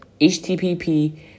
HTTP